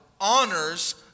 honors